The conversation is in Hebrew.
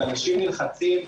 ואנשים נלחצים,